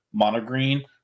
Monogreen